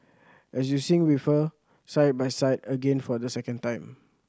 and you sing with her side by side again for the second time